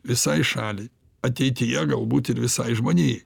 visai šaliai ateityje galbūt ir visai žmonijai